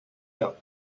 der